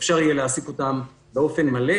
אפשר יהיה להעסיק אותם באופן מלא,